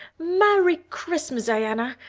merry christmas, diana!